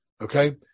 Okay